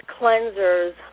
cleansers